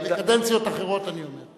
בקדנציות אחרות, אני אומר.